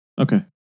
Okay